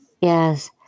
Yes